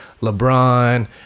LeBron